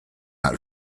not